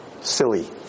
silly